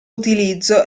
utilizzo